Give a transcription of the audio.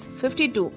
52